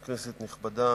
כנסת נכבדה,